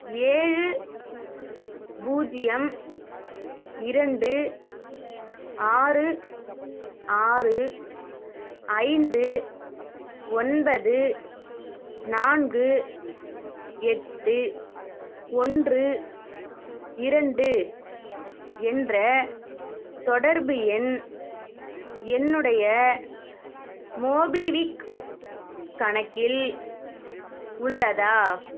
ஏழு பூஜ்ஜியம் இரண்டு ஆறு ஆறு ஐந்து ஒன்பது நான்கு எட்டு ஒன்று இரண்டு என்ற தொடர்பு எண் என்னுடைய மோபிவிக் கணக்கில் உள்ளதா